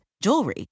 jewelry